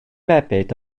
mebyd